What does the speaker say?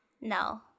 No